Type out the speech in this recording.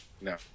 No